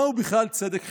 מהו בכלל צדק חברתי: